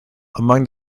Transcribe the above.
among